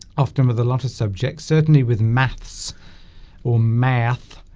often with a lot of subjects certainly with maths or math